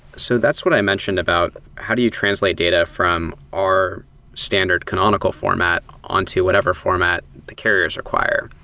so that's what i mentioned about how do you translate data from our standard canonical format on to whatever format the carriers require.